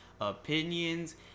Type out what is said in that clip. opinions